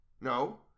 No